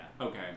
Okay